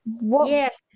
Yes